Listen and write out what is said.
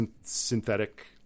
synthetic